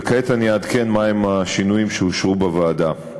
וכעת אני אעדכן מהם השינויים שאושרו בוועדה.